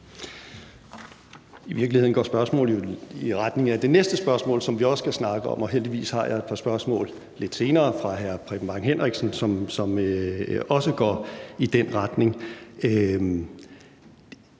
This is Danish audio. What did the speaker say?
I virkeligheden går spørgsmålet jo i retning af det næste spørgsmål, hvor vi også skal snakke sammen, og heldigvis har jeg et par spørgsmål lidt senere fra hr. Preben Bang Henriksen, som også går i den retning.